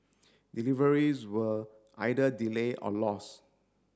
deliveries were either delay or lost